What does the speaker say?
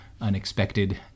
unexpected